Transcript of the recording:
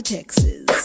Texas